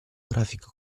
grafico